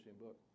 book